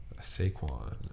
Saquon